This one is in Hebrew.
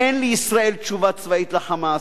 אין לישראל תשובה צבאית ל"חמאס".